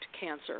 cancer